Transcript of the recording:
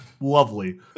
Lovely